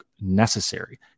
necessary